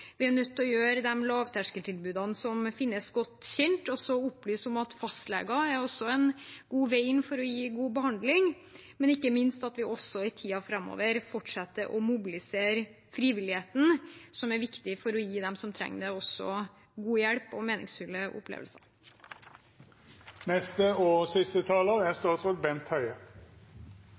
Vi er nødt til å gjøre de lavterskeltilbudene som finnes, godt kjent, og også opplyse om at fastlegen er en god vei inn for å gi god behandling, men ikke minst også i tiden framover fortsette å mobilisere frivilligheten, som er viktig for å gi dem som trenger det, god hjelp og meningsfulle opplevelser. Jeg vil også takke for en god og